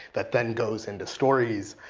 that then goes into stories.